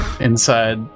inside